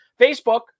Facebook